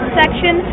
section